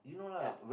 ya